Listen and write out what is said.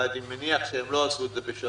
ואני מניח שהם לא עשו את זה בשבת,